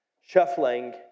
shuffling